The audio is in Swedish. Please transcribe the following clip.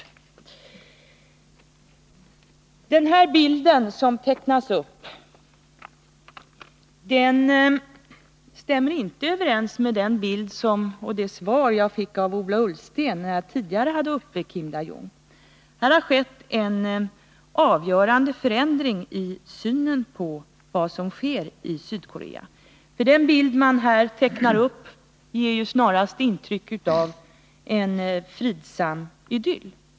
Den bild som här tecknas stämmer inte överens med det svar som jag fick av Ola Ullsten, när jag med honom diskuterade fallet Kim Dae Jung. Det har skett en avgörande förändring i synen på vad som händer i Sydkorea. Den bild som utrikesutskottet tecknar ger snarast intryck av en fridsam idyll.